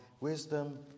wisdom